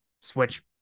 switch